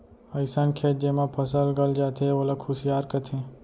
अइसन खेत जेमा फसल गल जाथे ओला खुसियार कथें